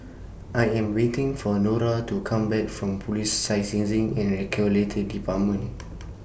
I Am waiting For Nora to Come Back from Police Licensing and Regulatory department